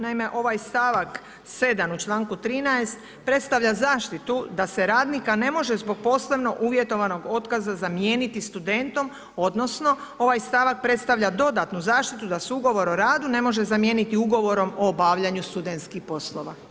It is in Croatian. Naime, ovaj stavak 7. u članku 13. predstavlja zaštitu da se radnika ne može zbog poslovno uvjetovanog otkaza zamijeniti studentom, odnosno ovaj stavak predstavlja dodatnu zaštitu da se ugovor o radu ne može zamijeniti ugovorom o obavljanju studentskih poslova.